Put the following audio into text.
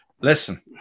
Listen